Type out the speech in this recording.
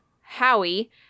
Howie